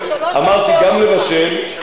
אמרתי, גם לבשל.